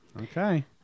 okay